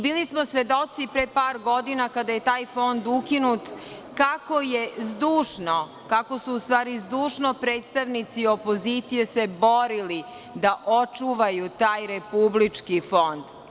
Bili smo svedoci, pre par godina kada je taj fond ukinut, kako su se dušno predstavnici opozicije borili da očuvaju taj republički fond.